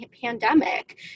pandemic